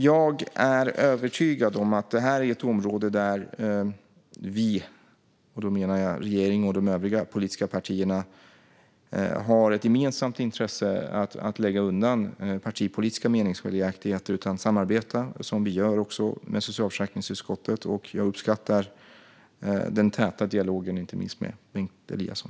Jag är övertygad om att detta är ett område där vi - regeringen och de övriga politiska partierna - har ett gemensamt intresse av att lägga undan partipolitiska meningsskiljaktigheter och samarbeta, så som vi gör, med socialförsäkringsutskottet. Jag uppskattar den täta dialogen, inte minst med Bengt Eliasson.